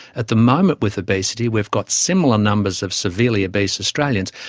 at the moment with obesity we've got similar numbers of severely obese australians,